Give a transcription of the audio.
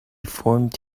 formed